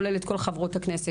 כולל את כל חברות הכנסת.